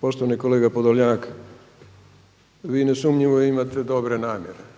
Poštovani kolega Podolnjak, vi nesumnjivo imate dobre namjere,